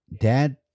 Dad